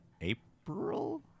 April